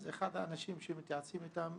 אז אחד האנשים שמתייעצים איתם,